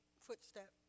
footstep